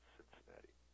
Cincinnati